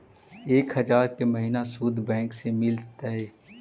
एक हजार के महिना शुद्ध बैंक से मिल तय?